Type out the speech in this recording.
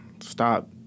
stop